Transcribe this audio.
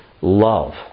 love